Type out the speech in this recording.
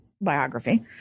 biography